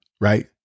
right